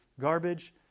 garbage